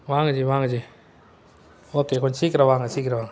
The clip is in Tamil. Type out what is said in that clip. வாங்க ஜி வாங்க ஜி ஓகே கொஞ்சம் சீக்கிரம் வாங்க சீக்கிரம் வாங்க